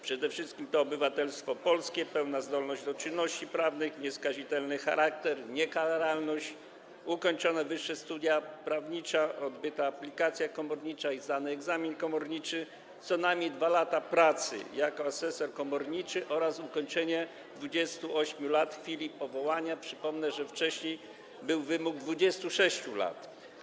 Przede wszystkim to obywatelstwo polskie, pełna zdolność do czynności prawnych, nieskazitelny charakter, niekaralność, ukończone wyższe studia prawnicze, odbyta aplikacja komornicza i zdany egzamin komorniczy, co najmniej 2 lata pracy jako asesor komorniczy oraz ukończenie 28 lat w chwili powołania - przypomnę, że wcześniej był wymóg 26 lat.